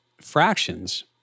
fractions